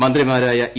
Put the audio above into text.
മന്ത്രിമാരായ ഇ